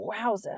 Wowza